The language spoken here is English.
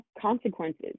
consequences